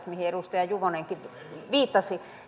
mihin edustaja juvonenkin viittasi